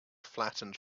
flattened